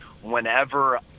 whenever